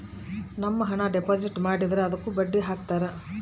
ನಮ್ ಹಣ ಡೆಪಾಸಿಟ್ ಮಾಡಿದ್ರ ಅದುಕ್ಕ ಬಡ್ಡಿ ಹಕ್ತರ